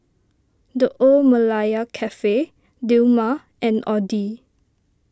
the Old Malaya Cafe Dilmah and Audi